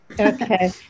Okay